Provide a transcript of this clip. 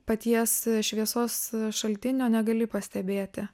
paties šviesos šaltinio negali pastebėti